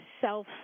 self